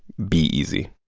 be easy